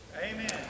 Amen